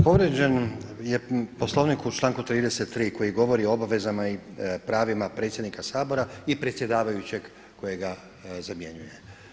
Povrijeđen je Poslovnik u članku 33. koji govori o obavezama i pravima predsjednika Sabora i predsjedavajućeg kojega zamjenjuje.